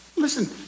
Listen